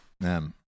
man